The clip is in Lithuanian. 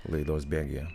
laidos bėgyje